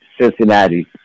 Cincinnati